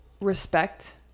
respect